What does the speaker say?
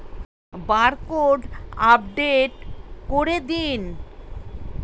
Barcode update করে দিন?